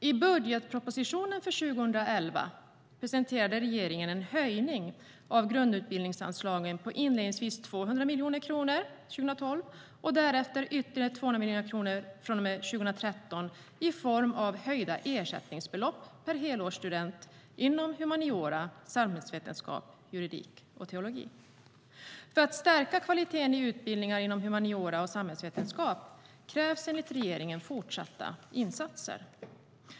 I budgetpropositionen för 2011 presenterade regeringen en höjning av grundutbildningsanslagen på inledningsvis 200 miljoner kronor 2012 och därefter ytterligare 200 miljoner kronor från och med 2013 i form av höjda ersättningsbelopp per helårsstudent inom humaniora, samhällsvetenskap, juridik och teologi. För att stärka kvaliteten i utbildningar inom humaniora och samhällsvetenskap krävs enligt regeringen fortsatta insatser.